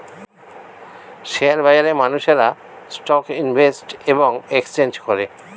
share বাজারে মানুষেরা stock invest এবং এক্সচেঞ্জ করে